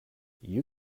you